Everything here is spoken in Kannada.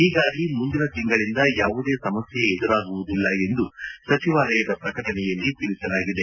ಹೀಗಾಗಿ ಮುಂದಿನ ತಿಂಗಳಿನಿಂದ ಯಾವುದೇ ಸಮಸ್ಕೆ ಎದುರಾಗುವುದಿಲ್ಲ ಎಂದು ಸಚವಾಲಯದ ಪ್ರಕಟಣೆಯಲ್ಲಿ ತಿಳಿಸಲಾಗಿದೆ